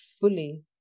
fully